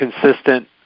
consistent